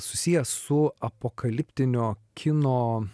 susijęs su apokaliptinio kino